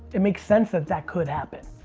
it makes sense that that could happen.